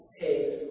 takes